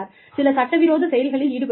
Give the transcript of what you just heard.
சிலர் சட்டவிரோத செயல்களில் ஈடுபடுகிறார்கள்